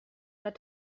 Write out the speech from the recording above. pas